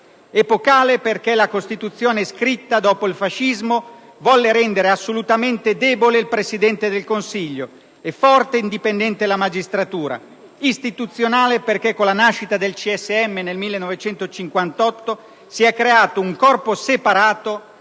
Epocale perché la Costituzione scritta dopo il fascismo volle rendere assolutamente debole il Presidente del Consiglio e forte e indipendente la magistratura. Istituzionale perché con la nascita del CSM nel 1958 si è creato un corpo separato